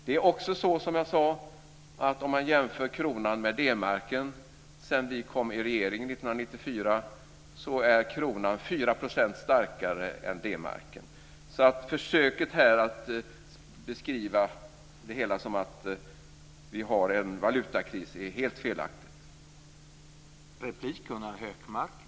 Det är också så, som jag sade, att sedan vi kom i regeringsställning 1994 är kronan 4 % starkare mot D-marken. Försöket här att beskriva det hela som att vi har en valutakris är alltså helt felaktigt.